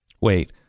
Wait